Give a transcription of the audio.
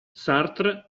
sartre